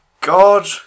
God